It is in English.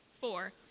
Four